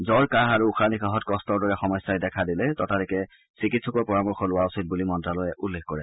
জ্বৰ কাহ আৰু উশাহ নিশাহত কষ্টৰ দৰে সমস্যাই দেখা দিলে ততালিকে চিকিৎসকৰ পৰামৰ্শ লোৱা উচিত বুলিও মন্ত্ৰালয়ে উল্লেখ কৰিছে